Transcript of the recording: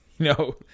No